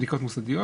מוסדיות.